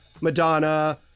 Madonna